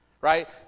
right